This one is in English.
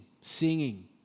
singing